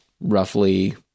roughly